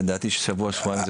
לדעתי שבוע-שבועיים.